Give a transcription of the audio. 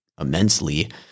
immensely